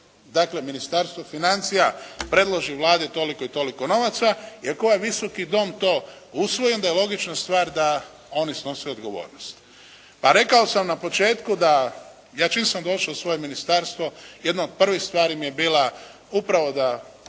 dakle da Ministarstvo financija predloži Vladi toliko i toliko novaca i ako ovaj Visoki dom to usvoji onda je logična stvar da oni snose odgovornost. Pa rekao sam na početku da ja čim sam došao u svoje ministarstvo jedna od prvih stvari mi je bilo upravo da